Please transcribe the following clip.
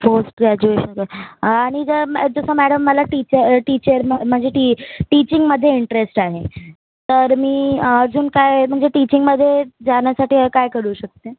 post graduation आणि जर जसं मॅडम मला टीच टीचर म म्हणजे टीचर टीचिंगमध्ये इंटरेस्ट आहे तर मी अजून काय म्हणजे टीचिंगमध्ये जाण्यासाठी काय करू शकते